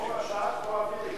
או משט או אווירי.